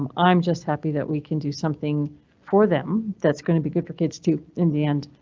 i'm just happy that we can do something for them. that's going to be good for kids too in the end.